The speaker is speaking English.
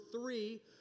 three